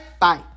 bye